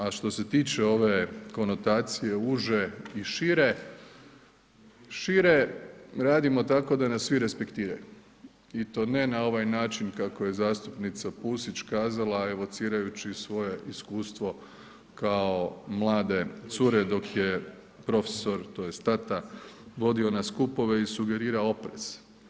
A što se tiče ove konotacije uže i šire, šire radimo tako da nas svi respektiraju i to ne na ovaj način kako je zastupnica Pusić kazala evocirajući svoje iskustvo kao mlade cure dok je profesor tj. tata, vodio na skupove i sugerirao oprez.